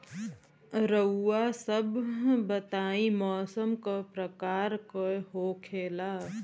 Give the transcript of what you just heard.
रउआ सभ बताई मौसम क प्रकार के होखेला?